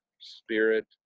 spirit